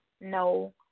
no